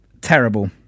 terrible